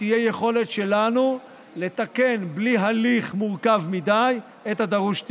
ושתהיה לנו יכולת לתקן בלי הליך מורכב מדי את הדורש תיקון.